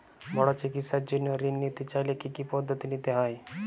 বড় চিকিৎসার জন্য ঋণ নিতে চাইলে কী কী পদ্ধতি নিতে হয়?